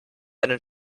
einen